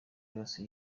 yose